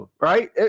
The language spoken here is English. right